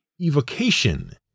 evocation